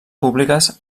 públiques